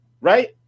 right